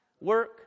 Work